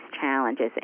challenges